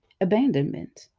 abandonment